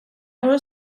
narrow